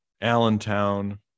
allentown